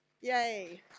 Yay